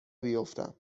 بیفتم